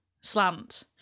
slant